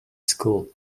school